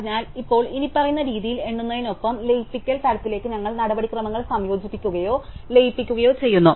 അതിനാൽ ഇപ്പോൾ ഇനിപ്പറയുന്ന രീതിയിൽ എണ്ണുന്നതിനൊപ്പം ലയിപ്പിക്കൽ തരത്തിലേക്ക് ഞങ്ങൾ നടപടിക്രമങ്ങൾ സംയോജിപ്പിക്കുകയോ ലയിപ്പിക്കുകയോ ചെയ്യുന്നു